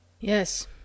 Yes